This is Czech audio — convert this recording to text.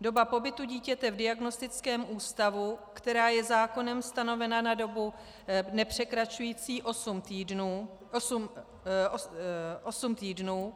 Doba pobytu dítěte v diagnostickém ústavu, která je zákonem stanovena na dobu nepřekračující osm týdnů,